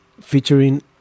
featuring